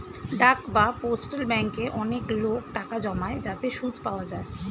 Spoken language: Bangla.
ডাক বা পোস্টাল ব্যাঙ্কে অনেক লোক টাকা জমায় যাতে সুদ পাওয়া যায়